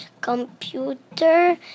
computer